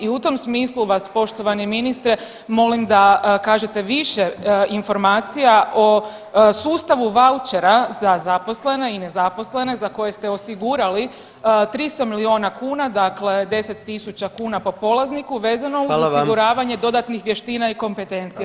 I u tom smislu vas poštovani ministre molim da kažete više informacija o sustavu vaučera za zaposlene i nezaposlene za koje ste osigurali 300 milijuna kuna, dakle 10.000 kuna po polazniku vezano [[Upadica predsjednik: Hvala vam.]] uz osiguravanje dodatnih vještina i kompetencija.